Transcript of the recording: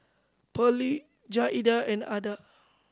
Pearley Jaeda and Adah